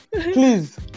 please